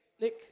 Nick